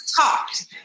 talked